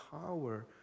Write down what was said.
power